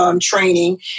training